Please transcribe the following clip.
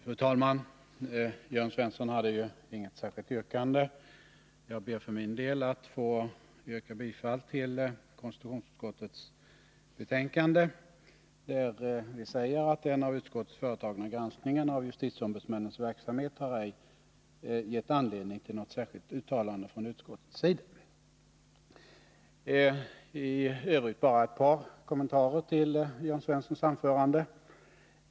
Fru talman! Jörn Svensson hade inget särskilt yrkande. Jag ber för min del att få yrka bifall till hemställan i konstitutionsutskottets betänkande, där vi säger att den av utskottet företagna granskningen av justitieombudsmännens verksamhet ej har gett anledning till något särskilt uttalande från utskottets sida. I övrigt vill jag göra bara ett par kommentarer till Jörn Svenssons anförande.